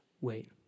wait